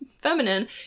feminine